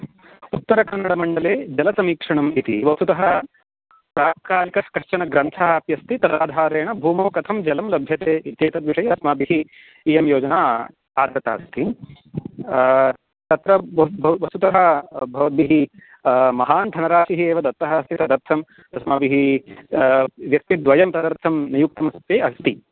उत्तरकन्नडमण्डले जलसमीक्षणम् इति वस्तुतः तात्कालिकः कश्चनग्रन्थः अपि अस्ति तदाधारेण भूमौ कथं जलं लभ्यते इत्येतद् विषये अस्माभिः इयं योजना आदृता अस्ति तत्र वस्तुतः भवद्भिः महान् धनराशिः एव दत्तः अस्ति तदर्थम् अस्माभिः व्यक्तिद्वयं तदर्थं नियुक्तमपि अस्ति